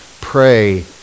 pray